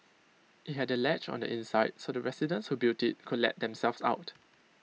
IT had A latch on the inside so the residents who built IT could let themselves out